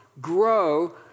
grow